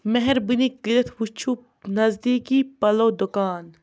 مہربٲنی کٔرِتھ وٕچھُو نزدیٖکی پَلو دُکان